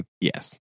yes